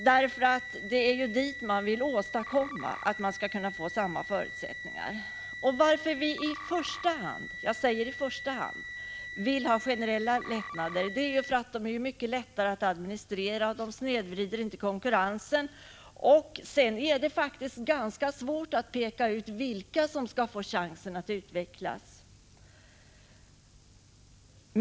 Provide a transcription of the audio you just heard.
Vad man vill åstadkomma är ju just samma förutsättningar. Anledningen till att vi i första hand vill ha generella lättnader är att de är mycket enklare att administrera och inte snedvrider konkurrensen. Vidare är det faktiskt ganska svårt att peka ut vilka som skall få chansen att utvecklas.